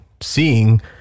seeing